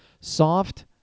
soft